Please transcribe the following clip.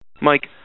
Mike